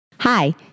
Hi